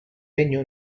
regno